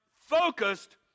focused